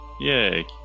yay